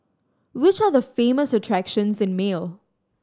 which are the famous attractions in Male